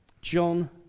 John